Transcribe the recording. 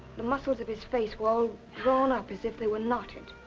the muscles of his face were all drawn up, as if they were knotted.